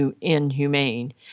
inhumane